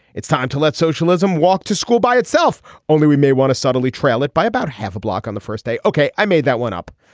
it's time to let socialism walk to school by itself. only we may want to suddenly trail it by about half a block on the first day. ok i made that one up.